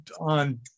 on